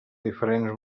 diferents